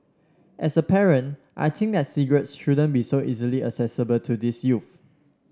as a parent I think that cigarettes shouldn't be so easily accessible to these youth